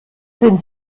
sind